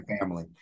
family